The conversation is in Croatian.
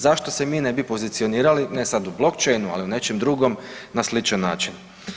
Zašto se mi ne bi pozicionirali, ne sad u blockchainu, ali u nečem drugom na sličan način?